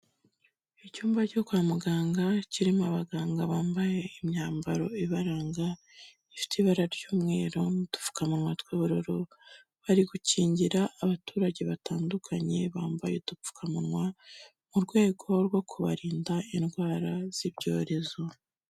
Icyumba cyo kwa muganga kirimo abaganga bambaye imyambaro ibaranga, ifite ibara ry'umweru n'udupfukamunwa tw'ubururu, bari gukingira abaturage batandukanye bambaye udupfukamunwa mu rwego rwo kubarinda indwara z'ibyorezo.